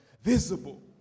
visible